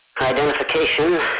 Identification